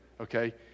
okay